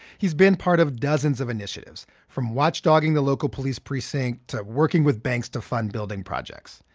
he's been part of dozens of initiatives from watchdogging the local police precinct to working with banks to fund building projects,